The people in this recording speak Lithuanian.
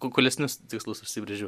kuklesnius tikslus užsibrėžiau